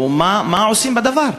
ומה עושים בדבר?